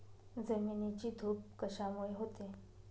जमिनीची धूप कशामुळे होते?